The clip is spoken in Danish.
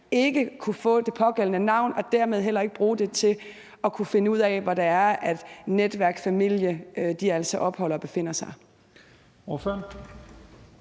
ikke kunne få det pågældende navn og dermed heller ikke bruge det til at finde ud af, hvor netværk og familie befinder sig.